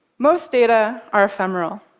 most data are ephemeral.